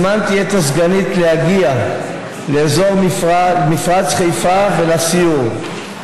הזמנתי את הסגנית להגיע לאזור מפרץ חיפה לסיור.